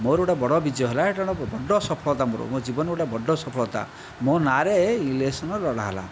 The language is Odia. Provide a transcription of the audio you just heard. ମୋର ଗୋଟିଏ ବଡ଼ ବିଜୟ ହେଲା ଏଇଟା ଗୋଟିଏ ବଡ଼ ସଫଳତା ମୋର ମୋ' ଜୀବନରେ ଗୋଟିଏ ବଡ଼ ସଫଳତା ମୋ' ନାଁରେ ଇଲେକ୍ସନ ଲଢ଼ାହେଲା